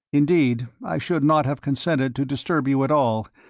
indeed, i should not have consented to disturb you at all,